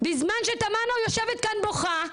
בזמן שתמנו יושבת כאן בוכה,